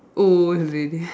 old lady